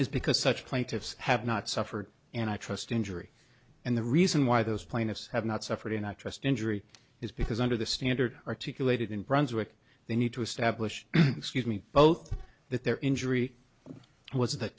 is because such plaintiffs have not suffered and i trust injury and the reason why those plaintiffs have not suffered and i trust injury is because under the standard articulated in brunswick they need to establish excuse me both that their injury was